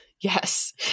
Yes